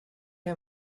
him